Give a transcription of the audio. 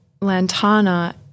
Lantana